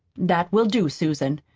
that will do, susan.